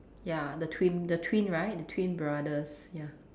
ya the twin the twin right the twin brothers ya